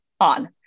on